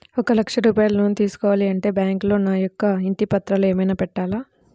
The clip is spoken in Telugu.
ఒక లక్ష రూపాయలు లోన్ తీసుకోవాలి అంటే బ్యాంకులో నా యొక్క ఇంటి పత్రాలు ఏమైనా పెట్టాలా?